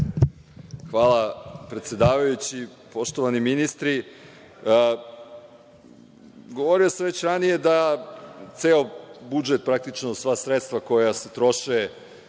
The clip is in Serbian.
Hvala, predsedavajući. Poštovani ministri, govorio sam već ranije da ceo budžet praktično, sva sredstva koja se troše